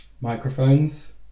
Microphones